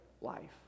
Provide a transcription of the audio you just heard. life